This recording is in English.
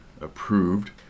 approved